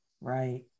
right